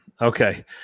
Okay